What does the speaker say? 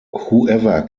whoever